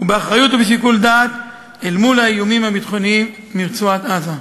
ובאחריות ובשיקול דעת אל מול האיומים הביטחוניים מרצועת-עזה.